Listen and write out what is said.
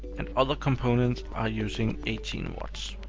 and other components are using eighteen watts.